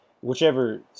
whichever